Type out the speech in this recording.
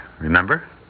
remember